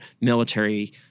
military